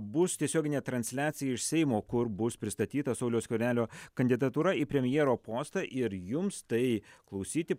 bus tiesioginė transliacija iš seimo kur bus pristatyta sauliaus skvernelio kandidatūra į premjero postą ir jums tai klausyti